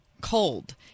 cold